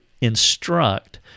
instruct